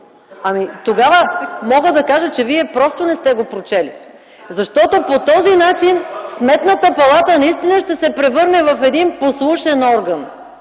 Тогава мога да кажа, че Вие просто не сте го прочели. Защото по този начин Сметната палата наистина ще се превърне в един послушен орган.